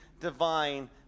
divine